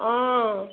অ'